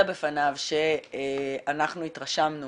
בפניו שאנחנו התרשמנו